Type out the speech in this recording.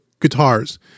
guitars